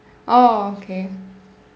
oh okay